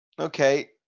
okay